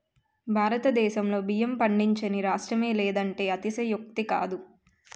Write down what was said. భారతదేశంలో బియ్యం పండించని రాష్ట్రమే లేదంటే అతిశయోక్తి కాదు